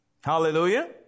Hallelujah